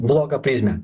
blogą prizmę